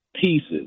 pieces